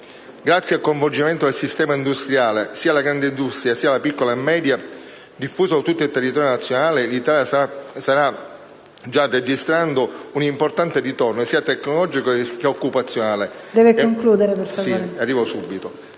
Grazie al coinvolgimento del nostro sistema industriale, sia la grande industria sia la piccola e media realtà, diffusa su tutto il territorio nazionale, l'Italia sta già ricevendo un importante ritorno, sia tecnologico sia occupazionale.